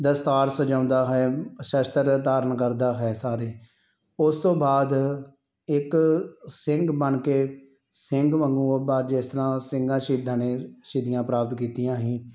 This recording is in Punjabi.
ਦਸਤਾਰ ਸਜਾਉਂਦਾ ਹੈ ਸ਼ਸਤਰ ਧਾਰਨ ਕਰਦਾ ਹੈ ਸਾਰੇ ਉਸ ਤੋਂ ਬਾਅਦ ਇੱਕ ਸਿੰਘ ਬਣ ਕੇ ਸਿੰਘ ਵਾਂਗੂ ਉਹ ਬਾ ਜਿਸ ਤਰ੍ਹਾਂ ਸਿੰਘਾਂ ਸ਼ਹੀਦਾਂ ਨੇ ਸ਼ਹੀਦੀਆਂ ਪ੍ਰਾਪਤ ਕੀਤੀਆਂ ਸੀ